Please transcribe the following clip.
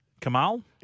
Kamal